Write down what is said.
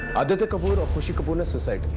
aditya kapoor and khushi kapoor and so so like